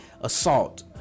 assault